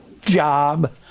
job